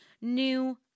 new